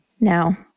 Now